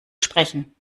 sprechen